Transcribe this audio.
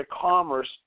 commerce